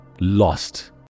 lost